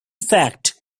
fact